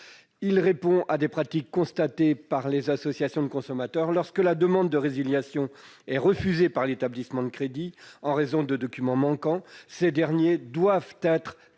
répond à des pratiques constatées par les associations de consommateurs. Lorsque la demande de résiliation est refusée par l'établissement de crédit en raison de documents manquants, ces derniers doivent être